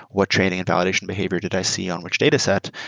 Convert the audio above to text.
what training and validation behavior did i see on which dataset?